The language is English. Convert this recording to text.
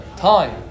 Time